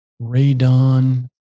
radon